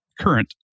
current